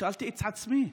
שאלתי את עצמי: